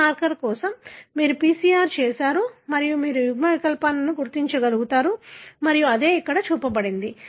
ప్రతి మార్కర్ కోసం మీరు PCR చేసారు మరియు మీరు యుగ్మ వికల్పాలను గుర్తించగలుగుతారు మరియు అదే ఇక్కడ చూపబడింది